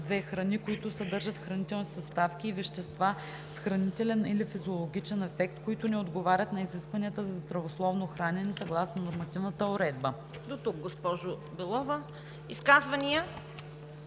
2. храни, които съдържат хранителни съставки и вещества с хранителен или физиологичен ефект, които не отговарят на изискванията за здравословно хранене, съгласно нормативната уредба.“ ПРЕДСЕДАТЕЛ ЦВЕТА КАРАЯНЧЕВА: Изказвания?